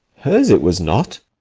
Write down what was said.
hers it was not.